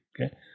okay